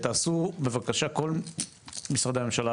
תעשו בבקשה כל משרדי הממשלה,